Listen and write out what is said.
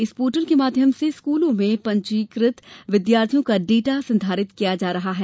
इस पोर्टल के माध्यम से स्कूलों में पंजीकृत विद्यार्थियों का डाटा संधारित किया जा रहा है